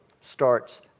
starts